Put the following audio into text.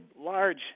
large